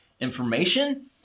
information